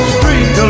Street